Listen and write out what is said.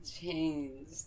changed